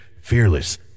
Fearless